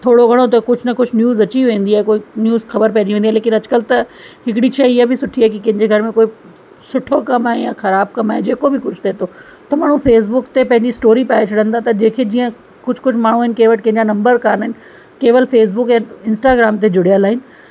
थोरो घणो त कुझ न कुझु न्यूज़ अची वेंदी आहे कोई न्यूज़ ख़बर पइजी वेंदी आहे लेकिन अॼुकल्ह त हिकड़ी शइ इहा बि सुठी आहे की कंहिंजे घर में कोई सुठो कमु आहे या ख़राब कम आहे जेको बि कुझ थिए थो त माण्हू फेसबुक ते पंहिंजी स्टोरी पाए छॾंदो आहे त जंहिंखे जीअं कुझु कुझु माण्हू आहिनि कंहिं वटि कंहिंजा नम्बर कोन आहिनि केवल फेसबुक ऐं इंस्टाग्राम ते जुड़ियल आइन